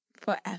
Forever